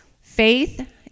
Faith